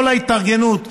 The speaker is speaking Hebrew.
כל ההתארגנות,